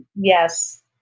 Yes